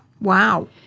Wow